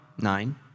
nine